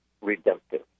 redemptive